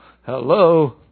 Hello